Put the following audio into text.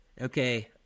okay